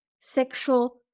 sexual